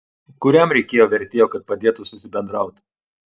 kuriam reikėjo vertėjo kad padėtų susibendraut